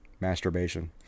masturbation